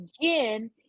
again